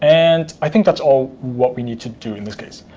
and i think that's all what we need to do in this case.